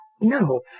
No